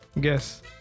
Guess